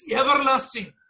everlasting